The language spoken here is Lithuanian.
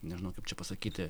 nežinau kaip čia pasakyti